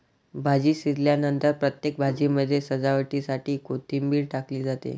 भाजी शिजल्यानंतर प्रत्येक भाजीमध्ये सजावटीसाठी कोथिंबीर टाकली जाते